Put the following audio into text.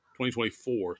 2024